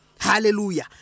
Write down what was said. Hallelujah